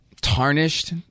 tarnished